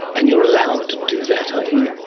and you're allowed to do that are you?